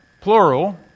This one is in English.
Plural